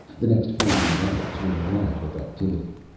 the next forty-eight hours were alive with activity.